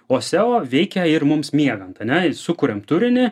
o seo veikia ir mums miegant ane jis sukuriam turinį